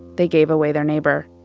they gave away their neighbor.